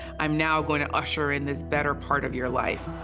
i'm now going to usher in this better part of your life.